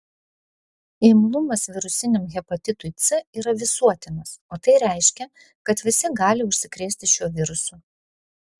imlumas virusiniam hepatitui c yra visuotinas o tai reiškia kad visi gali užsikrėsti šiuo virusu